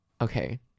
okay